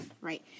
Right